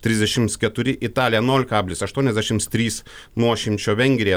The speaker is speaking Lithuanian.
trisdešims keturi italija nol kablis aštuoniasdešims trys nulis kablis penkiasdešims vieną nuošimtį